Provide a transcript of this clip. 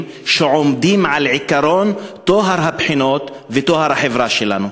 שעומדים על עקרון טוהר הבחינות וטוהר החברה שלנו.